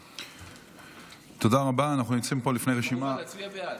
וכמובן, להצביע בעד.